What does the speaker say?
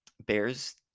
Bears